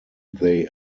they